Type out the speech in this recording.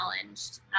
challenged